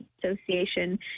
Association